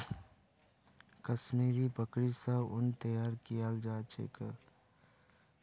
कश्मीरी बकरि स उन तैयार कियाल जा छेक